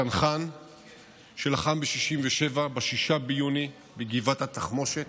צנחן שלחם ב-67', ב-6 ביוני, בגבעת התחמושת,